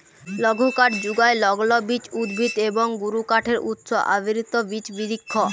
লঘুকাঠ যুগায় লগ্লবীজ উদ্ভিদ এবং গুরুকাঠের উৎস আবৃত বিচ বিরিক্ষ